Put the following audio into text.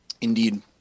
Indeed